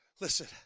Listen